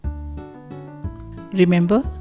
Remember